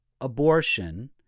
abortion